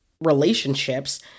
relationships